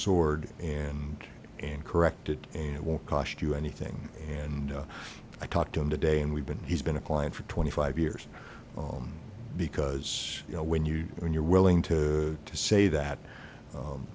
sword and and corrected him it won't cost you anything and i talked to him today and we've been he's been a client for twenty five years because you know when you when you're willing to say that